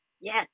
yes